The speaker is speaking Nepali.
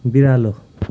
बिरालो